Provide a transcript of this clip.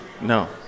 no